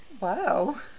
Wow